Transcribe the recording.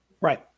Right